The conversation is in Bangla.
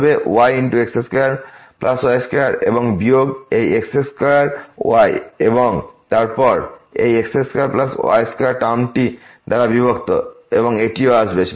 সুতরাং এটি হবে y x2y2 এবং বিয়োগ এই x2y এবং তারপর এই x2y2 শব্দ দ্বারা বিভক্ত এবং এটিও আসবে